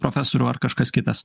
profesoriau ar kažkas kitas